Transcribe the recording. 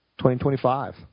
2025